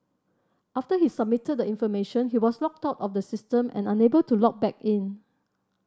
after he submitted the information he was logged out of the system and unable to log back in